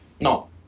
No